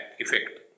effect